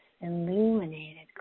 illuminated